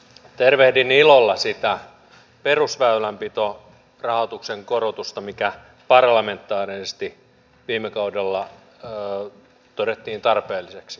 tervehdin ilolla sitä perusväylänpitorahoituksen korotusta mikä parlamentaarisesti viime kaudella todettiin tarpeelliseksi